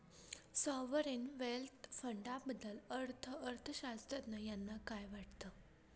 Sovereign wealth फंडाबद्दल अर्थअर्थशास्त्रज्ञ यांना काय वाटतं?